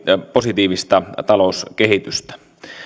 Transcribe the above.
positiivista talouskehitystä